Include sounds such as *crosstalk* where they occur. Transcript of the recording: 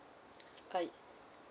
*noise*